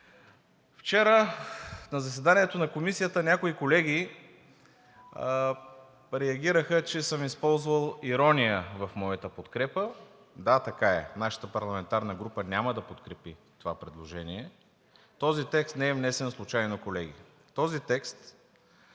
Вчера, на заседанието на Комисията, някои колеги реагираха, че съм използвал ирония в моята подкрепа – да, така е. Нашата парламентарна група няма да подкрепи това предложение. Този текст не е внесен случайно, колеги. Този текст